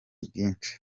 bwinshi